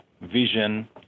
vision